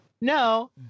No